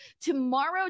tomorrow